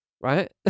Right